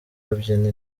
babyina